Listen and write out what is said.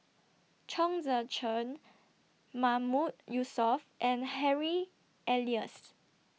Chong Tze Chien Mahmood Yusof and Harry Elias